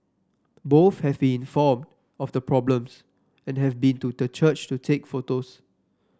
both have been informed of the problems and have been to the church to take photos